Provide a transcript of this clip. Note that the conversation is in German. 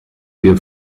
wir